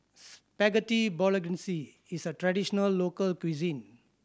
Spaghetti Bolognese is a traditional local cuisine